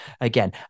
again